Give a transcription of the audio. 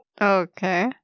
Okay